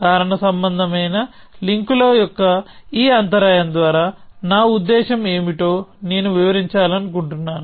కారణసంబంధమైన లింక్ల యొక్క ఈ అంతరాయం ద్వారా నా ఉద్దేశ్యం ఏమిటో నేను వివరించాలనుకుంటున్నాను